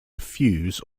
fuse